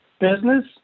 business